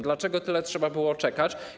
Dlaczego tyle trzeba było czekać?